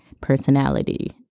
personality